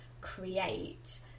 create